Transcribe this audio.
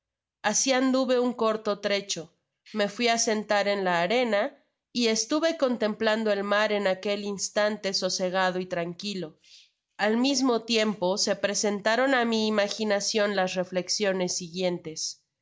asi anduve un corto trecho me fui á sentar en la arena y estuve contemplando el mar en aquel instante sosegado y tranquilo al mismo tiempo se presentaron á mi imaginacion las reflexiones siguientes